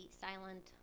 silent